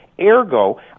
Ergo